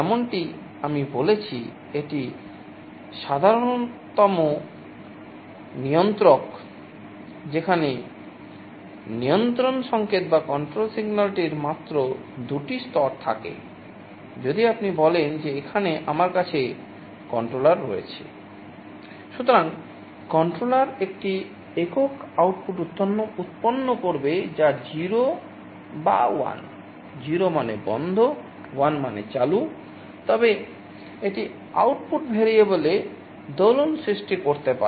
যেমনটি আমি বলেছি এটি সাধারণতম নিয়ন্ত্রক সৃষ্টি করতে পারে